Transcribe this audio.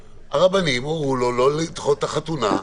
הרבנים הורו לו לא לדחות את החתונה,